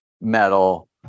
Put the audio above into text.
metal